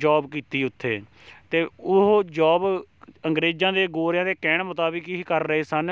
job ਕੀਤੀ ਉੱਥੇ ਅਤੇ ਉਹ ਜੋਬ ਅੰਗਰੇਜ਼ਾਂ ਦੇ ਗੋਰਿਆਂ ਦੇ ਕਹਿਣ ਮੁਤਾਬਿਕ ਹੀ ਕਰ ਰਹੇ ਸਨ